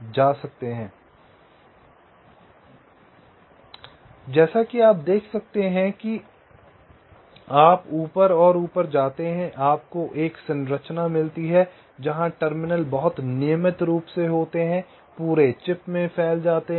इसलिए जैसा कि आप देख सकते हैं कि आप ऊपर और ऊपर जाते हैं आपको एक संरचना मिलती है जहां टर्मिनल बहुत नियमित रूप से होते हैं पूरे चिप में फैल जाते हैं